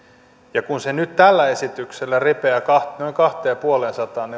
ja kun se nyt tällä esityksellä repeää noin kahteen ja puoleen sataan